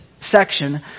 section